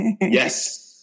yes